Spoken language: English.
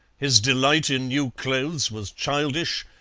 his delight in new clothes was childish.